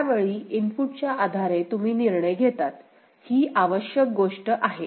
यावेळी इनपुट च्या आधारे तुम्ही निर्णय घेतात ही आवश्यक गोष्ट आहे